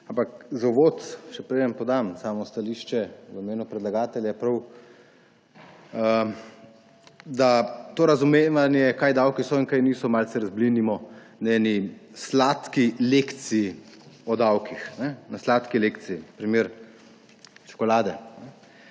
Ampak za uvod, še preden podam samo stališče v imenu predlagatelja, je prav, da to razumevanje, kaj davki so in kaj niso, malce razblinimo na eni sladki lekciji o davkih, na sladki lekciji, primer čokolade.